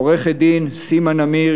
עורכת-דין סימה נמיר,